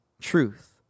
truth